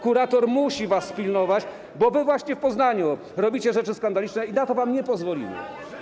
Kurator musi was pilnować, bo wy właśnie w Poznaniu robicie rzeczy skandaliczne i na to wam nie pozwolimy.